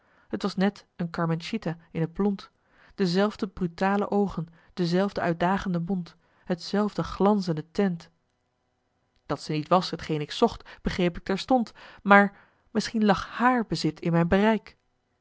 t was net een carmencita in het blond dezelfde brutale oogen dezelfde uitdagende mond hetzelfde glanzende teint marcellus emants een nagelaten bekentenis dat ze niet was t geen ik zocht begreep ik terstond maar misschien lag haar bezit in mijn bereik